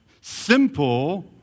Simple